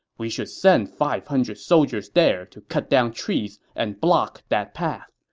we should send five hundred soldiers there to cut down trees and block that path.